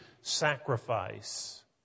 sacrifice